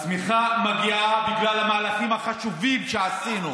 הצמיחה מגיעה בגלל המהלכים החשובים שעשינו,